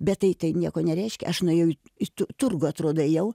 bet tai tai nieko nereiškia aš nuėjau į turgų atrodo ėjau